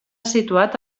situat